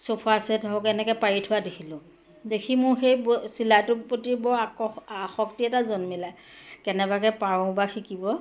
sofa set হওক এনেকে পাৰি থোৱা দেখিলোঁ দেখি মোৰ সেই চিলাইটোৰ প্ৰতি বৰ আকৰ্ষ আসক্তি এটা জন্মিলে কেনেবাকে পাৰু বা শিকিব